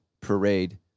parade